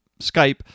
Skype